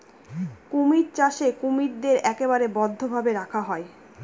কুমির চাষে কুমিরদের একেবারে বদ্ধ ভাবে রাখা হয়